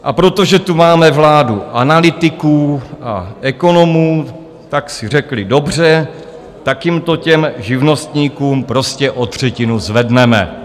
A protože tu máme vládu analytiků a ekonomů, tak si řekli: Dobře, tak jim to, těm živnostníkům, prostě o třetinu zvedneme.